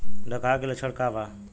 डकहा के लक्षण का वा?